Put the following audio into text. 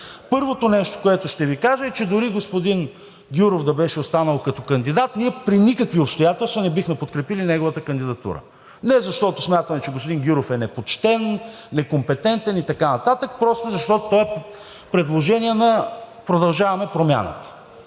Първото нещо, което ще Ви кажа, е, че дори господин Гюров да беше останал като кандидат, ние при никакви обстоятелства не бихме подкрепили неговата кандидатура. Не защото смятаме, че господин Гюров е непочтен, некомпетентен и така нататък. Просто защото той е предложение на „Продължаваме Промяната“.